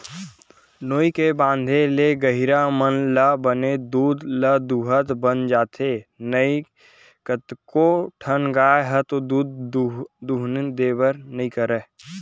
नोई के बांधे ले गहिरा मन ल बने दूद ल दूहूत बन जाथे नइते कतको ठन गाय ह दूद दूहने देबे नइ करय